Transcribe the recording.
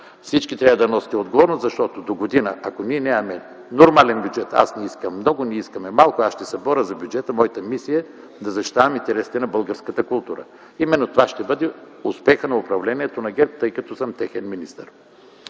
всички трябва да носите отговорност, защото догодина, ако нямаме нормален бюджет, аз не искам много, ние искаме малко, аз ще се боря за бюджета. Моята мисия е да защитавам интересите на българската култура. Именно това ще бъде успехът на управлението на ГЕРБ, тъй като съм техен министър,